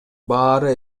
баары